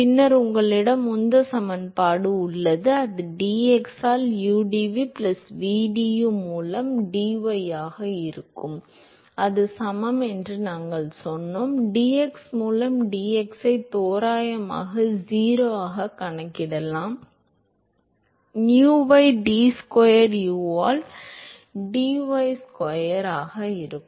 பின்னர் உங்களிடம் உந்தச் சமன்பாடு உள்ளது அது dx ஆல் udu பிளஸ் vdu மூலம் dy ஆக இருக்கும் அது சமம் என்று நாங்கள் சொன்னோம் dx மூலம் dx ஐ தோராயமாக 0 ஆகக் கணக்கிடலாம் nuவை d ஸ்கொயர் u ஆல் d y ஸ்கொயர் ஓகே இருக்கும்